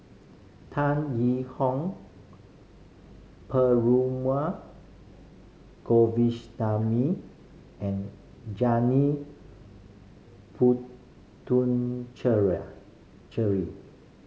Tan Yee Hong Perumal and Janil